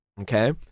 Okay